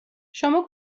شما